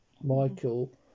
Michael